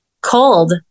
cold